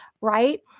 right